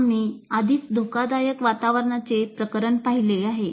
आम्ही आधीच धोकादायक वातावरणाचे प्रकरण पाहिले आहे